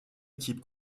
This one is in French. équipe